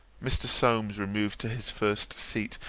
mr. solmes removed to his first seat,